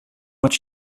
much